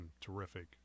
terrific